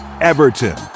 everton